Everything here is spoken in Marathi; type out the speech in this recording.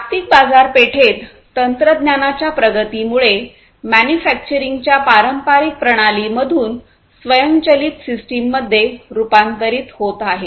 जागतिक बाजारपेठेत तंत्रज्ञानाच्या प्रगतीमुळे मॅन्युफॅक्चरिंगच्या पारंपारिक प्रणाली मधून स्वयंचलित सिस्टम मध्ये रूपांतरित होत आहे